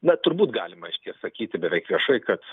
na turbūt galima reiškia sakyti beveik viešai kad